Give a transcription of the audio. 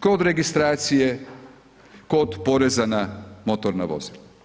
kod registracije, kod poreza na motorna vozila.